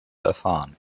erfahren